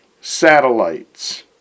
satellites